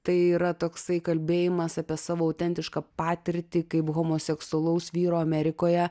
tai yra toksai kalbėjimas apie savo autentišką patirtį kaip homoseksualaus vyro amerikoje